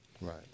Right